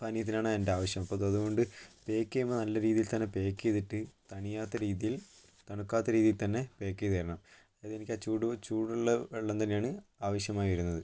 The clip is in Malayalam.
പാനീയത്തിനാണ് എൻ്റെ ആവശ്യം അപ്പം അത് അതുകൊണ്ട് പാക്ക് ചെയ്യുമ്പോൾ നല്ല രീതിയിൽ തന്നെ പാക്ക് ചെയ്തിട്ട് തണിയാത്ത രീതിയിൽ തണുക്കാത്ത രീതിയിൽ തന്നെ പാക്ക് ചെയ്ത് തരണം അതെനിക്ക് ആ ചൂട് ചൂടുള്ള വെള്ളം തന്നെയാണ് ആവശ്യമായി വരുന്നത്